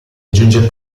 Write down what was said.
aggiunge